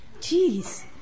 jeez